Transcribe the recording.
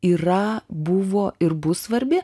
yra buvo ir bus svarbi